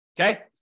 Okay